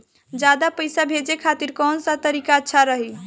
ज्यादा पईसा भेजे खातिर कौन सा तरीका अच्छा रही?